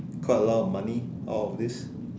quite a lot of money out of this